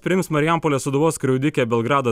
priims marijampolės sūduvos skriaudikę belgrado